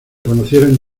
conocieron